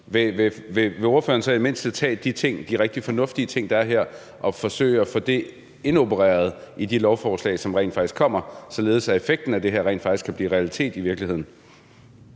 Vil ordføreren så i det mindste tage de rigtig fornuftige ting, der er her, og forsøge at få dem indopereret i de lovforslag, som kommer, således at effekten af det her rent faktisk kan blive en realitet?